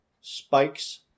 spikes